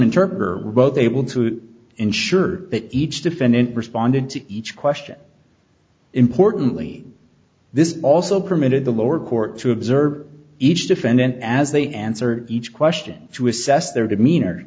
interpreter both able to ensure that each defendant responded to each question importantly this also permitted the lower court to observe each defendant as they answer each question to assess their demeanor